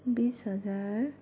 बिस हजार